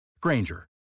Granger